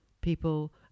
people